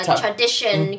tradition